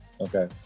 Okay